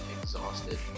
exhausted